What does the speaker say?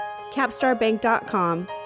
CapstarBank.com